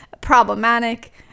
problematic